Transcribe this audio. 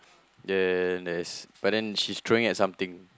then there's but then she's throwing at something